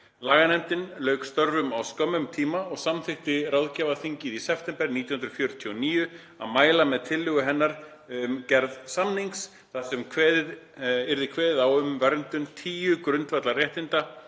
Laganefndin lauk störfum á skömmum tíma og samþykkti ráðgjafarþingið í september 1949 að mæla með tillögu hennar um gerð samnings, þar sem yrði kveðið á um verndun tíu grundvallarréttinda